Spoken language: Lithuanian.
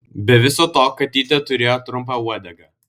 be viso to katytė turėjo trumpą uodegą